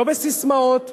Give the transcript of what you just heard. לא בססמאות,